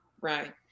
Right